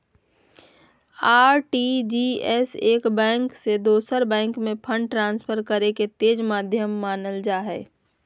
RTGS एक bank से दोसर बैंक में फंड ट्रांसफर करे के तेज माध्यम मानल जा हय